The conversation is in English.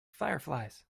fireflies